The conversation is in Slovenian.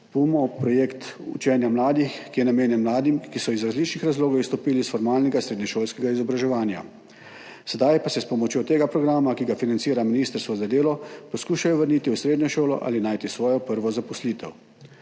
PUM-O, projekt učenja mladih, ki je namenjen mladim, ki so iz različnih razlogov izstopili iz formalnega srednješolskega izobraževanja, sedaj pa se s pomočjo tega programa, ki ga financira ministrstvo za delo, poskušajo vrniti v srednjo šolo ali najti svojo prvo zaposlitev.